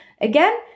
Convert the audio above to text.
Again